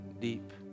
deep